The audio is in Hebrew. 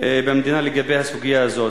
במדינה לגבי הסוגיה הזאת.